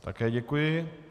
Také děkuji.